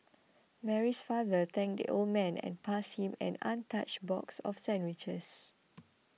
Mary's father thanked the old man and passed him an untouched box of sandwiches